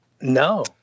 no